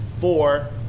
four